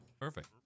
Perfect